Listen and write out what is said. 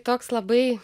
toks labai